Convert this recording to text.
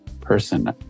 person